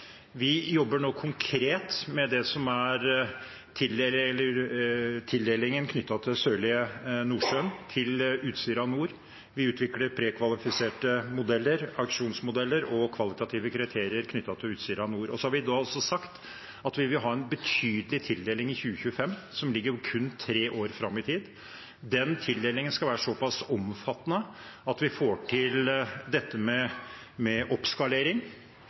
Vi jobber nå konkret med tildelingen knyttet til Sørlige Nordsjø II og Utsira Nord. Vi utvikler prekvalifiserte modeller, auksjonsmodeller og kvalitative kriterier knyttet til Utsira Nord. Vi har også sagt at vi vil ha en betydelig tildeling i 2025, som ligger kun tre år fram i tid. Den tildelingen skal være så pass omfattende at vi får til